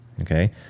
Okay